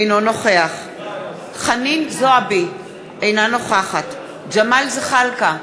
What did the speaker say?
אינו נוכח חנין זועבי, אינה נוכחת ג'מאל זחאלקה,